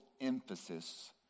emphasis